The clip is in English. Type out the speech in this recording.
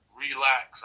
relax